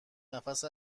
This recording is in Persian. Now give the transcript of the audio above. نفس